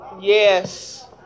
Yes